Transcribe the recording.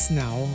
now